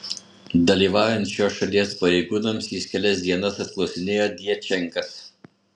dalyvaujant šios šalies pareigūnams jis kelias dienas apklausinėjo djačenkas